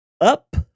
up